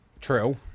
True